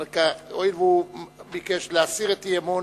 אבל הואיל והוא ביקש להסיר את האי-אמון,